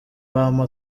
bampa